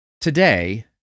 Today